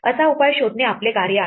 असा उपाय शोधणे आपले कार्य आहे